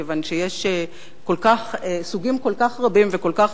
מכיוון שיש סוגים כל כך רבים וכל כך